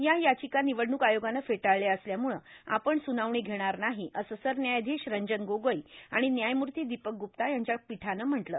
या यांचका निवडणूक आयोगानं फेटाळल्या असल्यामुळं आपण सुनावणी घेणार नाही असं सरन्यायाधीश रंजन गोगोई आणि न्यायमूर्ता दोपक गुप्ता यांच्या पीठानं म्हटलं